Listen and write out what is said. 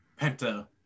Penta